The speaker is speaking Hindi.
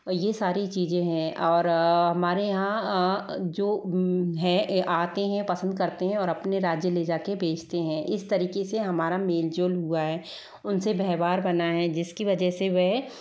ये सारी चीज़ें है और हमारे यहाँ जो है आते हैं पसंद करते है और अपने राज्य ले जाकर बेचते हैं इस तरीके से हमारा मेलजोल हुआ है उनसे व्यवहार बना है जिसकी वजह से वह